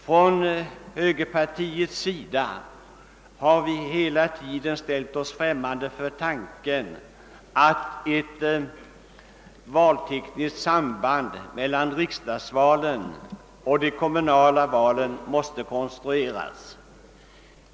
Från högerpartiets sida har vi hela tiden varit främmande för tanken att ett valtekniskt samband mellan riksdagsvalen och de kommunala valen måste konstrueras.